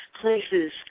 places